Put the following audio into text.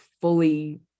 fully